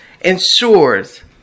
ensures